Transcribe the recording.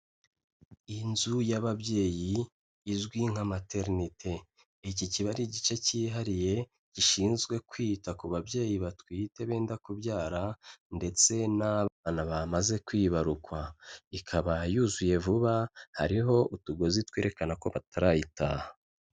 Inzu y'ababyeyi izwi nka materinite. Iki kiba ari igice cyihariye gishinzwe kwita ku babyeyi batwite benda kubyara ndetse n'abana bamaze kwibarukwa. Ikaba yuzuye vuba, hariho utugozi twerekana ko batarayitaha.